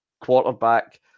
quarterback